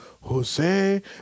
Jose